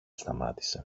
σταμάτησε